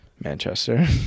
Manchester